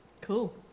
Cool